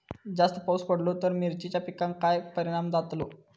जास्त पाऊस पडलो तर मिरचीच्या पिकार काय परणाम जतालो?